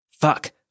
Fuck